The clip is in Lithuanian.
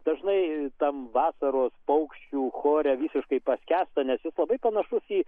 dažnai tam vasaros paukščių chore visiškai paskęsta nes jis labai panašus į